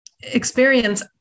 experience